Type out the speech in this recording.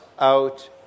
out